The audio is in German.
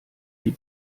die